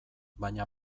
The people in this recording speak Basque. baina